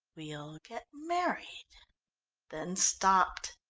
we'll get married then stopped.